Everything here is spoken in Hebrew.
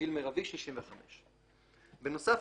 גיל מירבי 65. בנוסף,